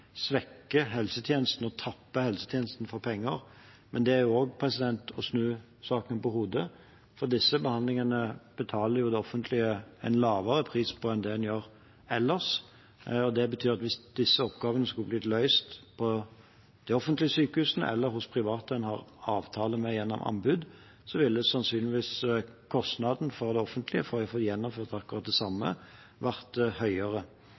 helsetjenesten og tapper den for penger, men det er også å snu saken på hodet. Disse behandlingene betaler det offentlige en lavere pris for enn det en gjør ellers, og det betyr at hvis disse oppgavene skulle blitt løst på de offentlige sykehusene eller hos private en har avtale med gjennom anbud, ville sannsynligvis kostnaden for det offentlige for å få gjennomført akkurat det samme vært høyere